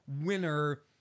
winner